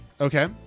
Okay